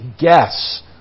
guess